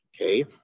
Okay